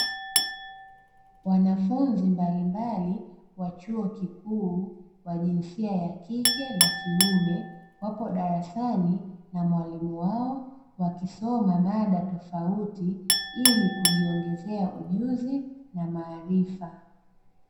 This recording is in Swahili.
Wanafunzi mbalimbali wa chuo kikuu wa jinsia ya kike na kiume, wapo darasani na mwalimu wao wakisoma mada tofauti ili kujiongezea ujuzi na maarifa.